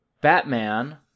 batman